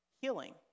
healing